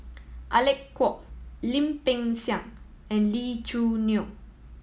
Alec Kuok Lim Peng Siang and Lee Choo Neo